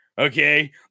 Okay